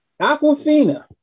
Aquafina